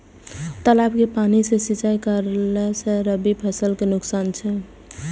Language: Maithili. तालाब के पानी सँ सिंचाई करला स रबि फसल के नुकसान अछि?